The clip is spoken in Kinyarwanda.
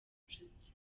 inshuti